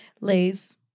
Lays